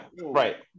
right